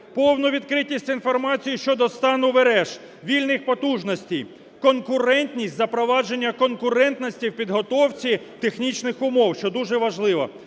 повну відкритість інформації щодо стану мереж, вільних потужностей, конкурентність, запровадження конкурентності у підготовці технічних умов, що дуже важливо,